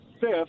fifth